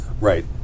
Right